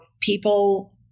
people